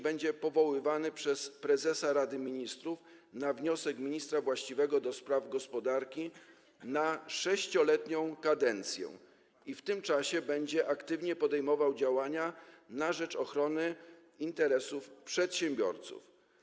Będzie on powoływany przez prezesa Rady Ministrów na wniosek ministra właściwego do spraw gospodarki na 6-letnią kadencję i w tym czasie będzie aktywnie podejmował działania na rzecz ochrony interesów przedsiębiorców.